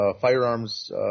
firearms